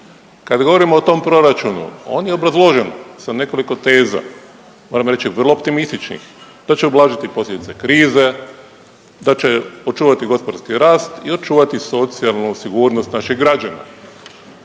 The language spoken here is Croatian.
Kad govorimo o tom proračunu on je obrazložen sa nekoliko teza, moram reći vrlo optimističnih da će ublažiti posljedice krize, da će očuvati gospodarski rast i očuvati socijalnu sigurnost naših građana.